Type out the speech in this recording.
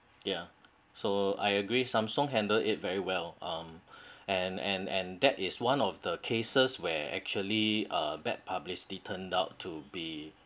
ya so I agree Samsung handled it very well um and and and that is one of the cases where actually uh bad publicity turned out to be